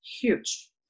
huge